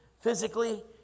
physically